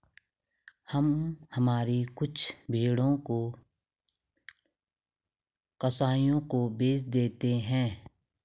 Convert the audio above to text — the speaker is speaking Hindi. हम हमारी कुछ भेड़ें कसाइयों को बेच देते हैं